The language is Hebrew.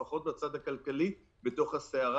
לפחות מהצד הכלכלי בתוך הסערה,